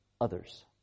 others